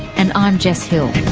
and i'm jess hill